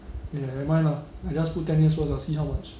eh never mind lah I just put ten years ah first see how much